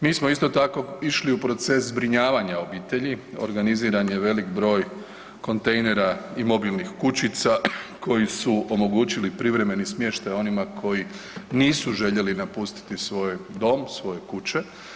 Mi smo isto tako išli u proces zbrinjavanja obitelji, organiziran je veliki broj kontejnera i mobilnih kućica koji su omogućili privremeni smještaj onima koji nisu željeli napustiti svoj dom, svoje kuće.